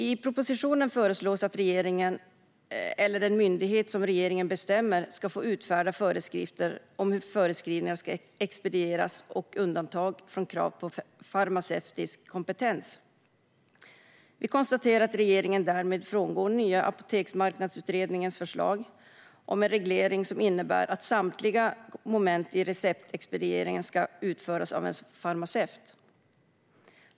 I propositionen föreslås att regeringen eller den myndighet som regeringen bestämmer ska få utfärda föreskrifter om hur förskrivningar ska expedieras och om undantag från krav på farmaceutisk kompetens. Vi konstaterar att regeringen därmed frångår Nya apoteksmarknadsutredningens förslag om en reglering som innebär att samtliga moment i receptexpedieringen ska utföras av en farmaceut.